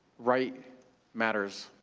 right matters.